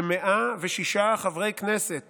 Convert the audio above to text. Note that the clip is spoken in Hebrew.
ש-106 חברי כנסת